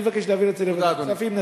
אני מבקש להעביר את זה לוועדת הכספים.